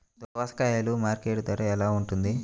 దోసకాయలు మార్కెట్ ధర ఎలా ఉంటుంది?